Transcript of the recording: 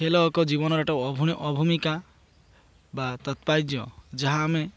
ଖେଳ ଏକ ଜୀବନର ଏକ ଅଭୂମିକା ବା ତାତ୍ପର୍ଯ୍ୟ ଯାହା ଆମେ